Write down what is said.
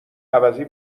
عوضی